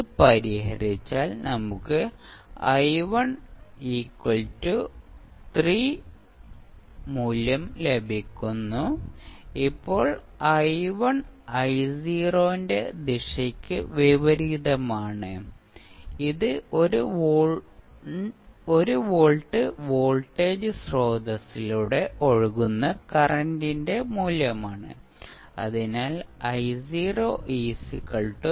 ഇത് പരിഹരിച്ചാൽ നമുക്ക് i1 3 മൂല്യം ലഭിക്കുന്നു ഇപ്പോൾ i1 i0 ന്റെ ദിശയ്ക്ക് വിപരീതമാണ് ഇത് 1 വോൾട്ട് വോൾട്ടേജ് സ്രോതസ്സിലൂടെ ഒഴുകുന്ന കറന്റിൻറെ മൂല്യമാണ് അതിനാൽ i0 i1